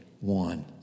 One